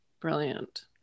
Brilliant